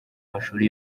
mashuri